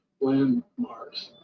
landmarks